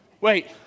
Wait